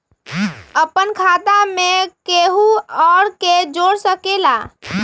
अपन खाता मे केहु आर के जोड़ सके ला?